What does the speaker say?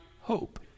hope